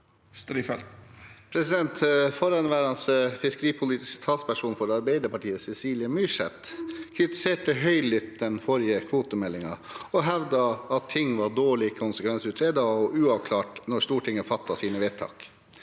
Forhenvæ- rende fiskeripolitisk talsperson for Arbeiderpartiet, Cecilie Myrseth, kritiserte høylytt den forrige kvotemeldingen og hevdet at ting var dårlig konsekvensutredet og uavklart da Stortinget fattet sine vedtak.